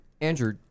Andrew